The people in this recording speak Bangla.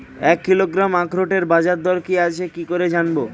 এক কিলোগ্রাম আখরোটের বাজারদর কি আছে কি করে জানবো?